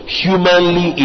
humanly